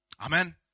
Amen